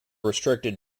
restricted